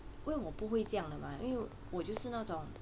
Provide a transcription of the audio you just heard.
因为我不会这样的吗因为我就是那种